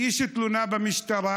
הגישו תלונה במשטרה,